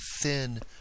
thin